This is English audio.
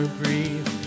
breathe